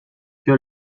que